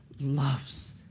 loves